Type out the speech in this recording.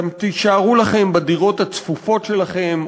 תישארו לכם בדירות הצפופות שלכם,